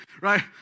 Right